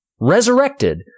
resurrected